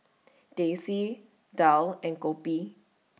Teh C Daal and Kopi